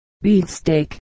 beefsteak